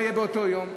מה יהיה באותו יום?